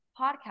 podcast